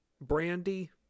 brandy